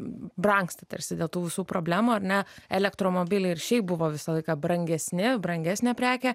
brangsta tarsi dėl tų visų problemų ar ne elektromobiliai ir šiaip buvo visą laiką brangesni brangesnė prekė